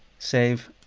save,